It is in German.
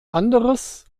anderes